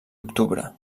octubre